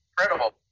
incredible